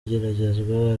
igeragezwa